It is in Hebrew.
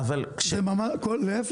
להיפך,